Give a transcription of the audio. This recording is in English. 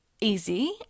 easy